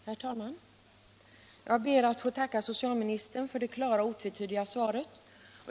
Herr talman! Jag ber att få tacka socialministern för det klara och otvetydiga svaret.